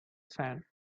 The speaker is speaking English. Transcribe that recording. sand